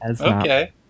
okay